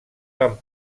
van